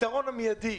הפתרון המיידי,